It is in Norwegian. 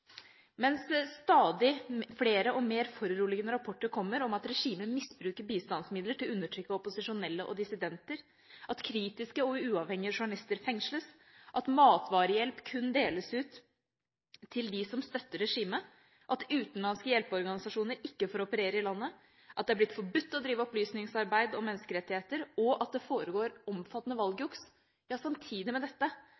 Mens stadig flere og mer foruroligende rapporter kommer om at regimet misbruker bistandsmidler til å undertrykke opposisjonelle og dissidenter, at kritiske og uavhengige journalister fengsles, at matvarehjelp kun deles ut til dem som støtter regimet, at utenlandske hjelpeorganisasjoner ikke får operere i landet, at det har blitt forbudt å drive opplysningsarbeid om menneskerettigheter og at det foregår omfattende